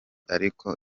ariko